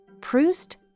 Proust